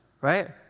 Right